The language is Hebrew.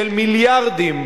של מיליארדים,